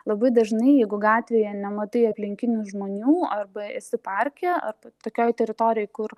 labai dažnai jeigu gatvėje nematai aplinkinių žmonių arba esi parke arba tokioj teritorijoj kur